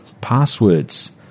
passwords